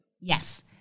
Yes